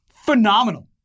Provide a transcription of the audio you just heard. Phenomenal